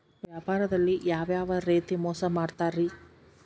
ವ್ಯಾಪಾರದಲ್ಲಿ ಯಾವ್ಯಾವ ರೇತಿ ಮೋಸ ಮಾಡ್ತಾರ್ರಿ?